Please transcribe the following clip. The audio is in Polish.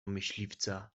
myśliwca